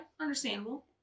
Understandable